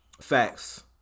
Facts